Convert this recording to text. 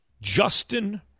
Justin